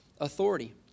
authority